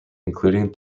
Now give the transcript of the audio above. including